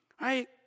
Right